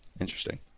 Interesting